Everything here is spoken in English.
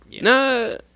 No